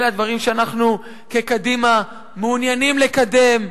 אלה הדברים שאנחנו כקדימה מעוניינים לקדם.